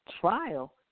trial